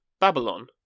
Babylon